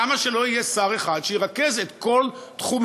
למה שלא יהיה שר אחד שירכז את כל תחומי